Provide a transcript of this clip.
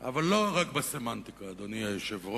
אבל לא רק בסמנטיקה, אדוני היושב-ראש.